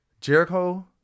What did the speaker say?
Jericho